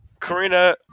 Karina